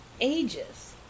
ages